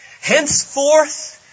Henceforth